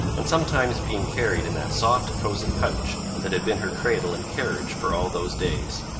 and sometimes being carried in that soft cosy pouch that had been her cradle and carriage for all those days.